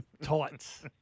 tights